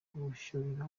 kwishyurira